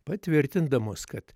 patvirtindamos kad